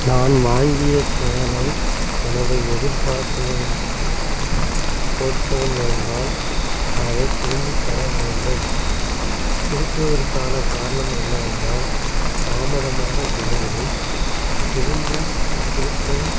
நான் வாங்கிய சேலை எனது எதிர்பார்ப்புகளுக்குப் பொருத்திருந்துருந்தால் அதைத் திரும்பித் தர வேண்டும் திருப்புவதற்கான காரணம் என்னவென்றால் தாமதமாக டெலிவரி திரும்பும் திருப்பும்